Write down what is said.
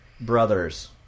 brothers